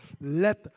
Let